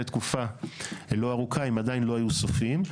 תקופה לא ארוכה הנתונים עדיין לא היו סופיים,